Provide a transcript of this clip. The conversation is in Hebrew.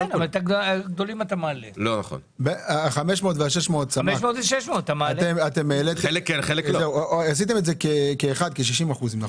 ה-500 וה-600 סמ"ק עשיתם את זה כ-60%?